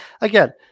again